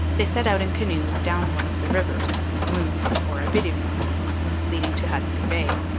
they set out in canoes down one of the rivers moose or abitibi leading to hudson bay.